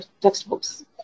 textbooks